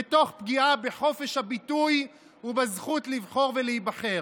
ותוך פגיעה בחופש הביטוי ובזכות לבחור ולהיבחר.